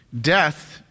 Death